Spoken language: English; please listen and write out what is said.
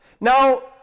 Now